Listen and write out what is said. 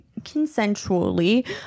consensually